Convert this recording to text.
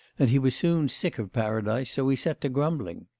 and he was soon sick of paradise, so he set to grumbling.